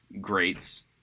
greats